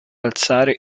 alzare